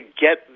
get